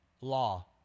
law